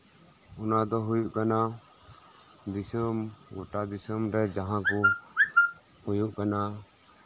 ᱚᱱᱟ ᱫᱚ ᱦᱩᱭᱩᱜ ᱠᱟᱱᱟ ᱫᱤᱥᱚᱢ ᱜᱳᱴᱟ ᱫᱤᱥᱚᱢᱨᱮ ᱡᱟᱸᱦᱟ ᱠᱚ ᱦᱩᱭᱩᱜ ᱠᱟᱱᱟ